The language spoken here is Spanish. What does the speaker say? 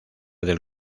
del